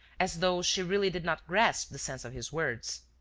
as though she really did not grasp the sense of his words.